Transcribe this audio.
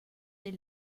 des